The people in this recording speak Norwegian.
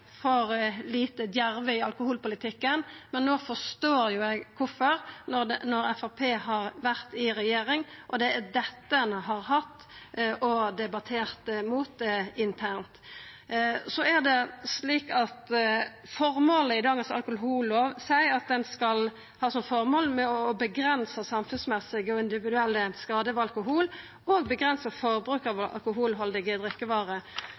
for å ha vore for lite djerv i alkoholpolitikken, men no forstår eg kvifor. Når Framstegspartiet har vore i regjering, er det dette ein har hatt å debattera mot internt. Dagens alkohollov seier at ein skal ha som føremål å avgrensa samfunnsmessige og individuelle skader ved alkohol, og å avgrensa forbruket av alkoholhaldige drikkevarer.